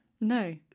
no